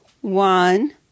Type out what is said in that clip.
one